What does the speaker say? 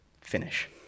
finish